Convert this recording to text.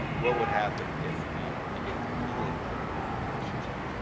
what would happen if we began the healing there in relationship?